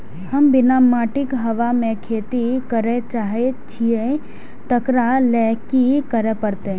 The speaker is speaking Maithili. हम बिना माटिक हवा मे खेती करय चाहै छियै, तकरा लए की करय पड़तै?